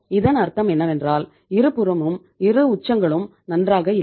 இதன் அர்த்தம் என்னவென்றால் இருபுறமும் இரு உச்சங்களும் நன்றாக இல்லை